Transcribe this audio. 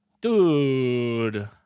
Dude